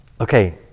Okay